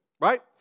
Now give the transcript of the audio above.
Right